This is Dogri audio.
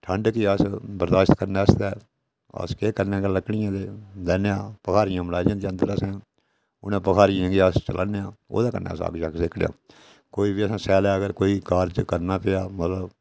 ठंड गी अस बर्दाशत करने आस्तै अस केह् करने कि लकड़ियां लैन्ने आं बखारियां बनाई दी होंदियां अंदर गै उ'नें बखारियें गी अस जलाने आं ओह्दे कन्नै अस ओह्दे कन्नै अस जग शग सेकने आं स्यालै अगर कोई कार्ज करना पेआ मतलब